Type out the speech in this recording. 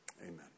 Amen